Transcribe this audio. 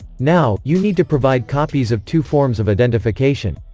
now, you need to provide copies of two forms of identification.